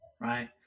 Right